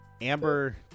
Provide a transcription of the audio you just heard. Amber